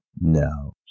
No